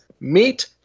meet